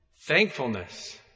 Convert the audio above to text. Thankfulness